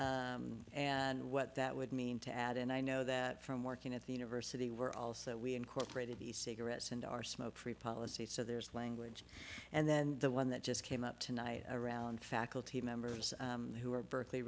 and what that would mean to add and i know that from working at the university were also we incorporated the cigarettes and our smoke free policy so there's language and then the one that just came up tonight around faculty members who are berkeley